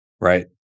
right